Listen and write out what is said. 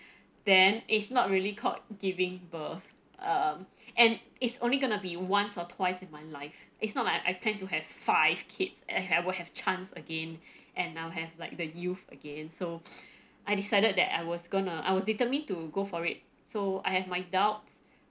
then it's not really called giving birth um and it's only gonna be once or twice in my life it's not like I tend to have five kids eh will have chance again and I will have like the youth again so I decided that I was gonna I was determined to go for it so I have my doubts